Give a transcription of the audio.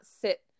sit